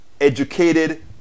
educated